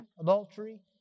adultery